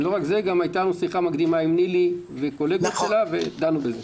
לא רק זה אלא גם הייתה לנו שיחה מקדימה עם נילי וקולגות שלה ודנו בזה.